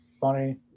funny